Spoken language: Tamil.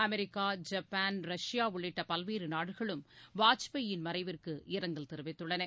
அமெரிக்கா ஜப்பான் ரஷ்யா உள்ளிட்ட பல்வேறு நாடுகளும் வாஜ்பாயின் மறைவிற்கு இரங்கல் தெரிவித்துள்ளன